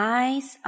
eyes